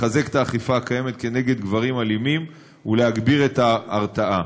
לחזק את האכיפה הקיימת נגד גברים אלימים ולהגביר את ההרתעה.